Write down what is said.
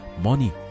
money